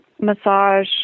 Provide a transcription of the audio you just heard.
massage